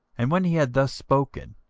and when he had thus spoken,